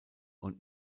und